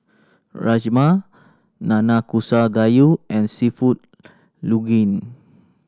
Rajma Nanakusa Gayu and Seafood Linguine